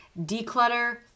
declutter